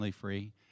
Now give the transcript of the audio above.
free